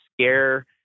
scare